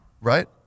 Right